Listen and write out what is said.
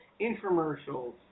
infomercials